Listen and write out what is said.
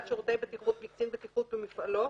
שירותי בטיחות מקצין בטיחות במפעלו,